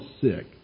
sick